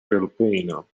filipino